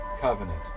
covenant